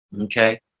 okay